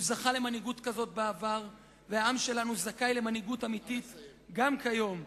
הוא זכה למנהיגות כזאת בעבר והעם שלנו זכאי למנהיגות אמיתית גם היום.